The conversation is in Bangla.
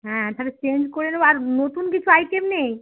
হ্যাঁ তাহলে চেঞ্জ করে নেব আর নতুন কিছু আইটেম নেই